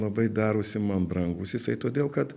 labai darosi man brangus jisai todėl kad